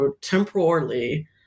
temporarily